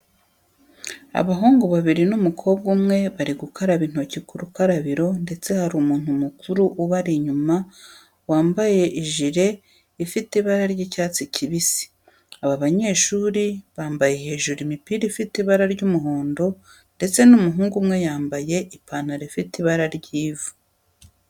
Abahungu babiri n'umukobwa umwe bari gukaraba intoki ku rukarabiro ndetse hari umuntu mukuru ubari inyuma wambaje ijiri ifite ibara ry'icyatsi kibisi. Aba banyeshuri bambaye hejuru imipira ifite ibara ry'umuhondo ndetse umuhungu umwe yambaye ipantaro ifite ibara ry'ivu.